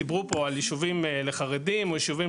דיברו פה על ישובים לחרדים או ישובים